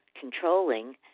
controlling